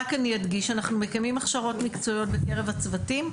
רק אני אדגיש שאנחנו מקיימים הכשרות מקצועיות בקרב הצוותים,